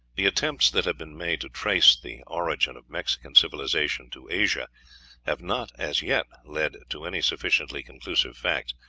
the attempts that have been made to trace the origin of mexican civilization to asia have not as yet led to any sufficiently conclusive facts.